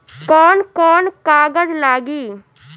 कौन कौन कागज लागी?